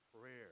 prayer